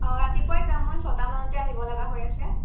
অ' ৰাতিপুৱাই যাম মই ছটামানতে আহিব লগা হৈ আছে